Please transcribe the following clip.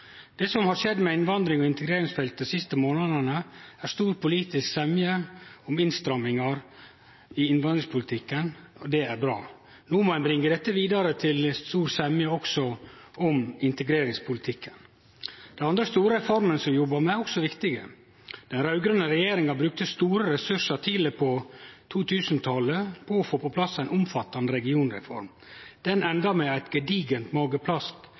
Det som har skjedd på innvandrings- og integreringsfeltet dei siste månadene, med stor politisk semje om innstrammingar i innvandringspolitikken, er bra. No må ein bringe dette vidare til stor semje òg om integreringspolitikken. Dei andre store reformene som vi jobbar med, er òg viktige. Den raud-grøne regjeringa brukte store ressursar tidleg på 2000-talet på å få på plass ei omfattande regionreform. Ho enda i eit gedigent